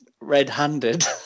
red-handed